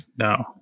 No